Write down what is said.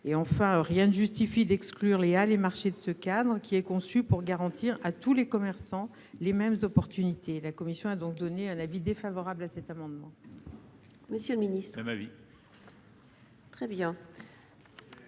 Enfin, rien ne justifie d'exclure les halles et marchés de ce cadre, conçu pour garantir à tous les commerçants les mêmes opportunités. La commission est donc défavorable à cet amendement.